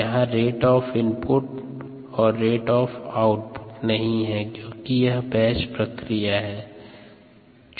यहाँ rate of input और rate of output नहीं है क्योंकि यह बैच प्रक्रिया है